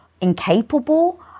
incapable